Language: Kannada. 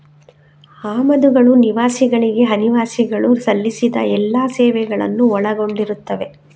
ಆಮದುಗಳು ನಿವಾಸಿಗಳಿಗೆ ಅನಿವಾಸಿಗಳು ಸಲ್ಲಿಸಿದ ಎಲ್ಲಾ ಸೇವೆಗಳನ್ನು ಒಳಗೊಂಡಿರುತ್ತವೆ